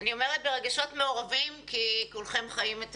אני אומרת ברגשות מעורבים כי כולכם חיים גם